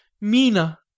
Mina